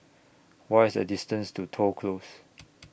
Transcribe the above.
What IS The distance to Toh Close